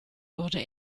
wurde